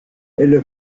elle